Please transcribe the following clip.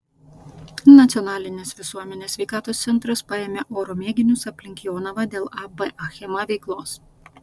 nacionalinis visuomenės sveikatos centras paėmė oro mėginius aplink jonavą dėl ab achema veiklos